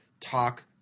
talk